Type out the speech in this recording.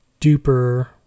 duper